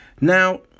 Now